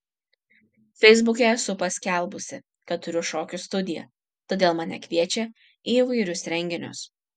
feisbuke esu paskelbusi kad turiu šokių studiją todėl mane kviečia į įvairius renginius